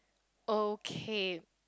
okay